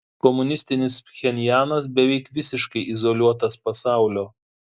komunistinis pchenjanas beveik visiškai izoliuotas pasaulio